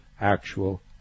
actual